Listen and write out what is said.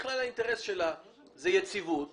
שהאינטרס שלה הוא בכלל יציבות